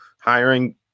hiring